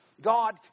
God